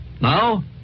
Now